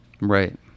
Right